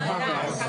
קיומו.